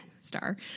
star